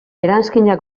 eranskina